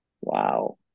Wow